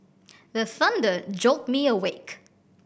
the thunder jolt me awake